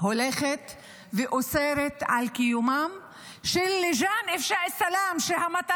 הולכת ואוסרת את קיומם של (אומרת בערבית:),